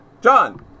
John